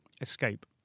escape